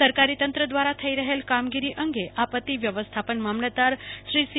સરકારી તંત્ર દ્વારા થઈ રહેલ કામગીરી અંગે આપત્તિ વ્યવસ્થાપન મામલતદાર શ્રી સી